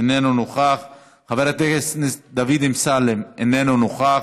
איננו נוכח, חבר הכנסת דוד אמסלם, איננו נוכח,